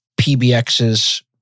PBXs